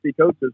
coaches